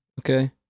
Okay